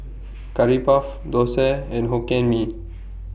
Curry Puff Thosai and Hokkien Mee